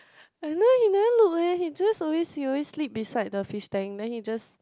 you know he never look eh he just always he always sleep beside the fish tank then he just